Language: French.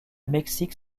mexique